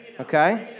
Okay